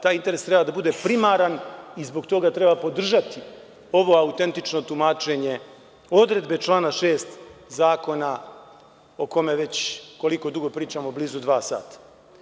Taj interes treba da bude primaran i zbog toga treba podržati ovo autentično tumačenje odredbe člana 6. Zakona, o kome već koliko dugo pričamo, blizu dva sata.